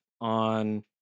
on